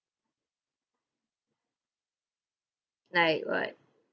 like what